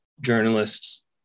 journalists